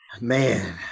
Man